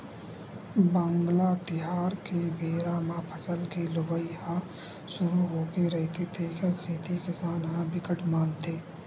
वांगला तिहार के बेरा म फसल के लुवई ह सुरू होगे रहिथे तेखर सेती किसान ह बिकट मानथे